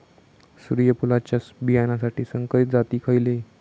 सूर्यफुलाच्या बियानासाठी संकरित जाती खयले?